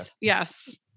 Yes